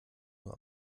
nur